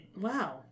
Wow